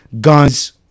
guns